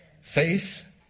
Faith